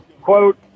quote